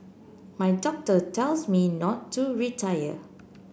my doctor tells me not to retire